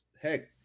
heck